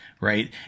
right